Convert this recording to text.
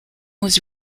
was